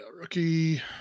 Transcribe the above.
rookie